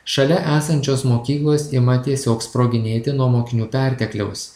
šalia esančios mokyklos ima tiesiog sproginėti nuo mokinių pertekliaus